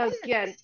again